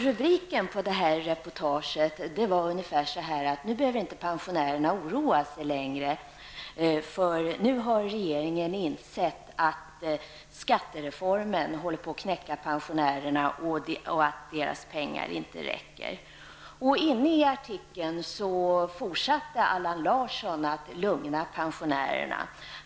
Rubriken på detta reportage handlade om att pensionärerna inte längre behöver oroa sig, för nu har regeringen insett att skattereformen håller på att knäcka pensionärerna och att deras pengar inte räcker till. Längre fram i artikeln fortsatte Allan Larsson att lugna pensionärerna.